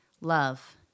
Love